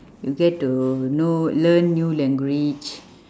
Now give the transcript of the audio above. you get to know learn new language